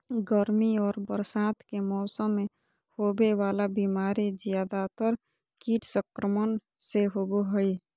गर्मी और बरसात के मौसम में होबे वला बीमारी ज्यादातर कीट संक्रमण से होबो हइ